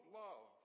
love